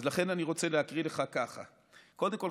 אז לכן אני רוצה להקריא לך ככה: קודם כול